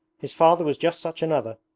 his father was just such another.